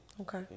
okay